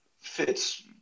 fits